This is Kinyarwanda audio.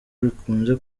bikunze